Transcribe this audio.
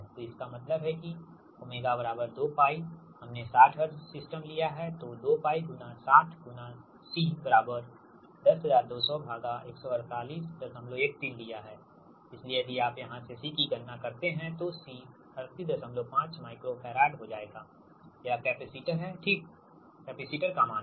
तो इसका मतलब है कि 𝜔 2𝜋 हमने 60 हर्ट्ज सिस्टम लिया है तो 2𝜋∗60∗𝐶1020014813 लिया है इसलिए यदि आप यहाँ से C की गणना करते हैं तो C 385 माइक्रो फैरड हो जाएगा यह कैपेसिटर है ठीक कैपेसिटर का मान है